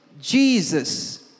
Jesus